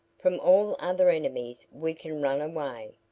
from all other enemies we can run away,